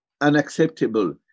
unacceptable